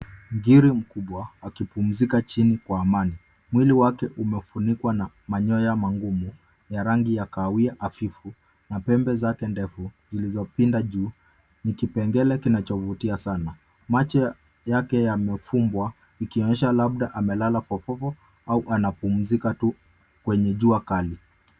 Ngiri mkubwa akipumzika chini kwa amani. Mwili wake umefunikwa na manyoya mangumu ya rangi ya kahawia hafifu na pembe zake ndefu zilizopinda juu. Ni kipengele kinachovutia sana. Macho yake yamefumbwa ikionyesha labda amelala fo fo fo au akipumzika tu kwenye jua kali.